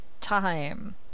time